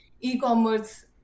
e-commerce